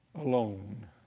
alone